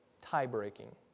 tie-breaking